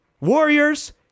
Warriors